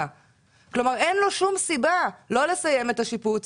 ואז אין לו שום סיבה לסיים את השיפוץ,